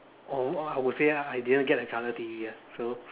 or uh I would say lah I didn't get a colour T_V ah so